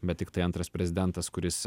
bet tiktai antras prezidentas kuris